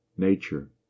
nature